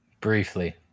briefly